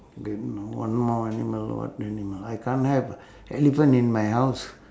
okay no one more animal what animal I can't have elephant in my house